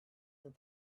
that